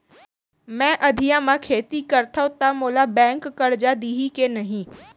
मैं अधिया म खेती करथंव त मोला बैंक करजा दिही के नही?